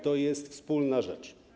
To jest wspólna rzecz.